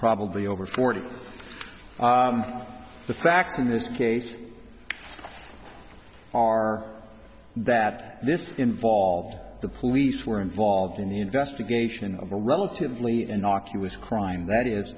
probably over forty the facts in this case are that this involved the police were involved in the investigation of a relatively innocuous crime that is